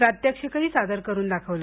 प्रात्यक्षिक सादर करून दाखवलं